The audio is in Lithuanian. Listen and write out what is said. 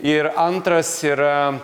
ir antras yra